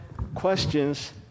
questions